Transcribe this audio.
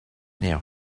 now